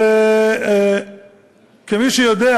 וכמי שיודע